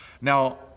Now